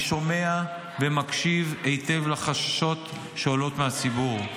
אני שומע ומקשיב היטב לחששות שעולות מהציבור,